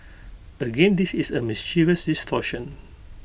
again this is A mischievous distortion